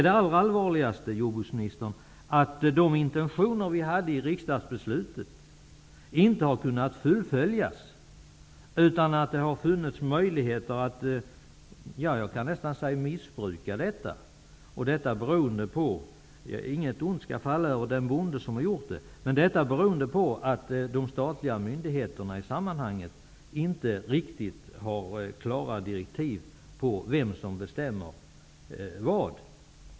Det allvarligaste, herr jordbruksminister, är att de intentioner som fanns i riksdagsbeslutet inte har kunnat fullföljas, utan det har -- kan jag nästan säga -- funnits möjligheter att missbruka detta. Detta beror på -- inget ont skall falla över den bonde som har gjort det -- att de statliga myndigheterna i sammanhanget inte har fått riktigt klara direktiv om vem som bestämmer vad.